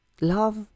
Love